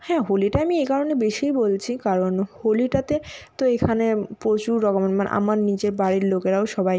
হ্যাঁ হোলিটা আমি এই কারণে বেশিই বলছি কারণ হোলিটাতে তো এখানে প্রচুর রকমের মানে আমার নিজের বাড়ির লোকেরাও সবাই